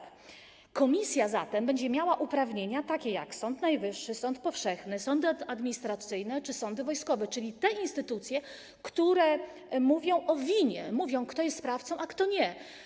Komisja zatem będzie miała takie uprawnienia jak Sąd Najwyższy, sądy powszechne, sądy administracyjne czy sądy wojskowe, czyli te instytucje, które mówią o winie, mówią, kto jest sprawcą, a kto nie.